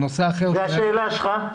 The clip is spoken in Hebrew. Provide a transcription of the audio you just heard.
על נושא אחר --- והשאלה שלך?